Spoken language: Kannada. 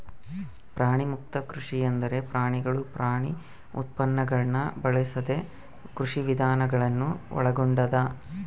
ಪ್ರಾಣಿಮುಕ್ತ ಕೃಷಿ ಎಂದರೆ ಪ್ರಾಣಿಗಳು ಪ್ರಾಣಿ ಉತ್ಪನ್ನಗುಳ್ನ ಬಳಸದ ಕೃಷಿವಿಧಾನ ಗಳನ್ನು ಒಳಗೊಂಡದ